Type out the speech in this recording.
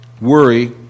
worry